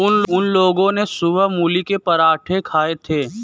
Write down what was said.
उन लोगो ने सुबह मूली के पराठे खाए थे